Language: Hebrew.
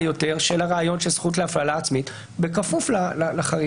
יותר של הראיות של הזכות להפללה עצמית בכפוף לחריגים.